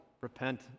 repent